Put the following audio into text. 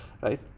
right